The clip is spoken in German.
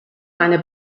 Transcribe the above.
eine